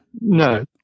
no